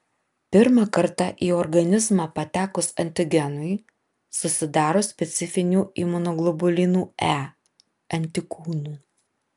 pirmą kartą į organizmą patekus antigenui susidaro specifinių imunoglobulinų e antikūnų